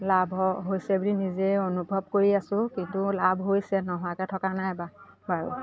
লাভ হৈছে বুলি নিজেই অনুভৱ কৰি আছোঁ কিন্তু লাভ হৈছে নোহোৱাকৈ থকা নাইবাৰু